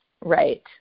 Right